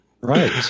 Right